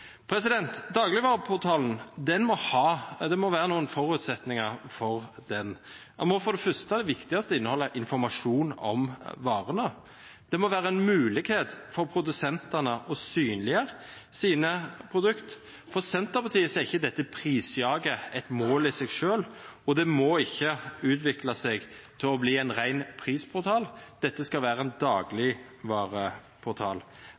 det ligge noen forutsetninger til grunn. Den må for det første – det viktigste – inneholde informasjon om varene. Det må være en mulighet for produsentene til å synliggjøre sine produkter. For Senterpartiet er ikke dette prisjaget et mål i seg selv, og det må ikke utvikle seg til å bli en ren prisportal. Dette skal være en